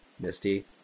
Misty